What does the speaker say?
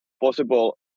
possible